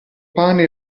pane